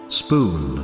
spoon